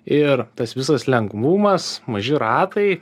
ir tas visas lengvumas maži ratai